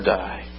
die